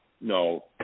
no